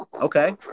Okay